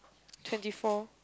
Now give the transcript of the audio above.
twenty four